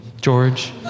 George